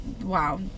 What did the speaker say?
Wow